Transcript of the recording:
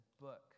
book